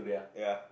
ya